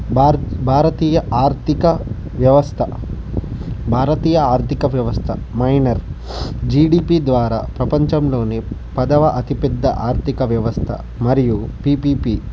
బా భారతీయ ఆర్థిక వ్యవస్థ భారతీయ ఆర్థిక వ్యవస్థ మైనర్ జీడీపీ ద్వారా ప్రపంచంలో పదవ అతిపెద్ద ఆర్థిక వ్యవస్థ మరియు పీపీపీ